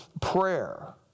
prayer